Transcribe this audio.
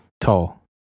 tall